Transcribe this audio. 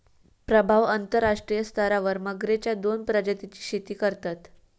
प्रभाव अंतरराष्ट्रीय स्तरावर मगरेच्या दोन प्रजातींची शेती करतत